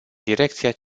direcția